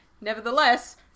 nevertheless